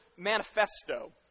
manifesto